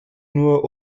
nur